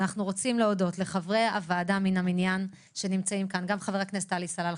אנחנו רוצים להודות לכל חברי הכנסת שנמצאים כאן: עלי סלאלחה,